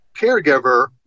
caregiver